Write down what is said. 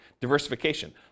diversification